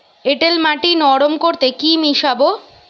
এঁটেল মাটি নরম করতে কি মিশাব?